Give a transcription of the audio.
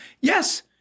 Yes